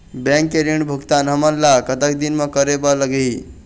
Bank के ऋण भुगतान हमन ला कतक दिन म करे बर लगही?